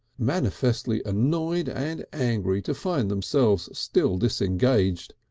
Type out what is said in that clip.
manifestly annoyed and angry to find themselves still disengaged,